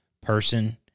person